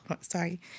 Sorry